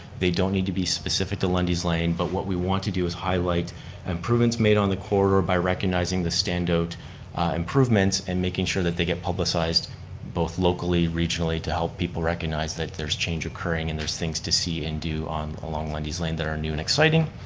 they don't need to be specific to lundy's lane, but what we want to do is highlight improvements made on the corridor by recognizing the standout improvements and making sure that they get publicized both locally, regionally to help people recognize that there's change occurring and there's things to see and do along lundy's lane that are new and exciting.